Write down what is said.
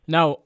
Now